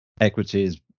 equities